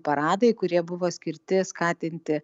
paradai kurie buvo skirti skatinti